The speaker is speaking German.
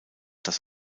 das